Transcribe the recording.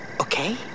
Okay